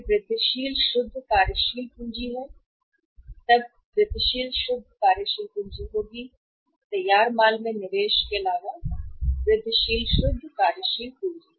फिर वृद्धिशील शुद्ध कार्यशील पूंजी है तब वृद्धिशील शुद्ध कार्यशील पूंजी होगी तैयार माल में निवेश के अलावा वृद्धिशील शुद्ध कार्यशील पूंजी